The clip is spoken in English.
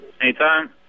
Anytime